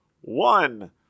one